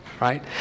right